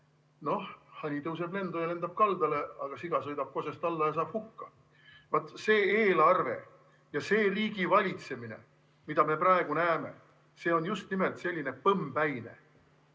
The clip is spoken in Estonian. Noh, hani tõuseb lendu ja lendab kaldale, aga siga sõidab kosest alla ja saab hukka. Vat see eelarve ja see riigivalitsemine, mida me praegu näeme, on just nimelt selline põmmpäine.